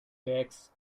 takes